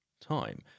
time